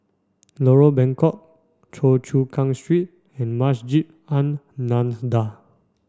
Lorong Bengkok Choa Chu Kang Street and Masjid An Nahdhah